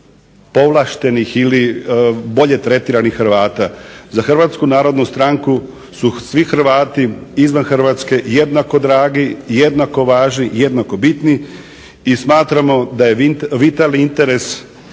Hrvatsku narodnu stranku su svi Hrvati izvan Hrvatske jednako dragi, jednako važni, jednako bitni i smatramo da je vitalni interes Republike